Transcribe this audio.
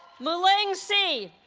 muling si